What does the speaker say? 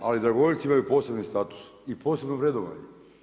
Ali dragovoljci imaju posebni status i posebno vrednovanje.